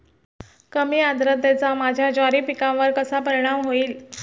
कमी आर्द्रतेचा माझ्या ज्वारी पिकावर कसा परिणाम होईल?